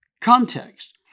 context